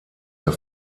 der